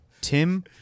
Tim